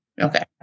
Okay